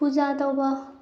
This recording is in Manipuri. ꯄꯨꯖꯥ ꯇꯧꯕ